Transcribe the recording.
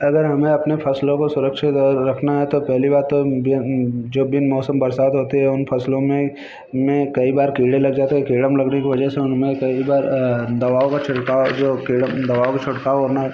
अगर हमें अपने फ़सलों को सुरक्षित और रखना है तो पहली बात तो जो बिन मौसम बरसात होते हैं उन फ़सलों में में कई बार कीड़े लग जाते है कीड़ें लगने की वजह से उनमें कई बार दवाओं का छिड़काव जो कीड़ा दवाओं का छिड़काव वरना